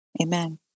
Amen